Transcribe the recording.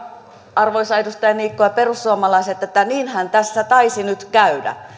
arvoisa edustaja niikko ja perussuomalaiset että niinhän tässä taisi nyt käydä